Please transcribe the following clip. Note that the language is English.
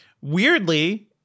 weirdly